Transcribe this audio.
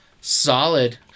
solid